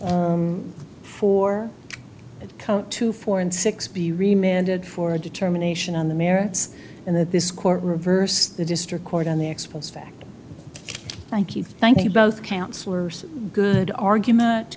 count to four and six be remitted for a determination on the merits and that this court reversed the district court on the expos fact thank you thank you both councillors good argument